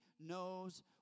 knows